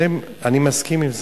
אני מסכים עם זה.